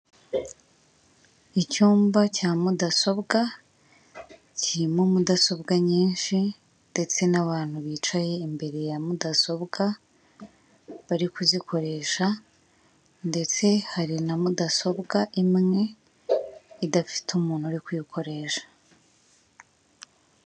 Icyumba cya mudasobwa, kirimo mudasobwa nyinshi ndetse n'abantu bicaye imbere ya mudasobwa, bari kuzikoresha, ndetse hari na mudasobwa imwe idafite umuntu uri kuyikoresha.